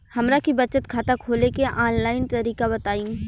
हमरा के बचत खाता खोले के आन लाइन तरीका बताईं?